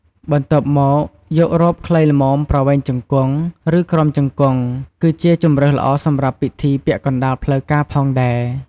បន្ទាប់មកយករ៉ូបខ្លីល្មមប្រវែងជង្គង់ ឬក្រោមជង្គង់ គឺជាជម្រើសល្អសម្រាប់ពិធីពាក់កណ្តាលផ្លូវការផងដែរ។